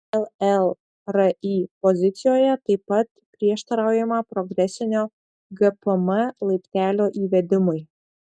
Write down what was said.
llri pozicijoje taip pat prieštaraujama progresinio gpm laiptelio įvedimui